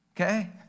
Okay